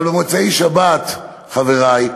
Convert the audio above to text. אבל במוצאי-שבת, חברי,